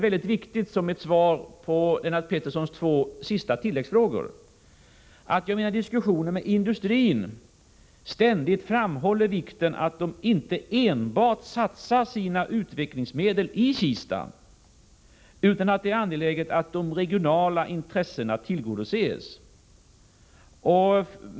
Jag vill som svar på Lennart Petterssons två tilläggsfrågor framhålla att jag vid mina diskussioner med industrin ständigt betonar vikten av att industrin inte enbart satsar sina utvecklingsmedel i Kista, utan att det är angeläget att de regionala intressena tillgodoses.